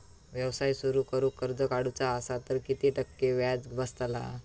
व्यवसाय सुरु करूक कर्ज काढूचा असा तर किती टक्के व्याज बसतला?